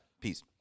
Peace